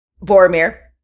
Boromir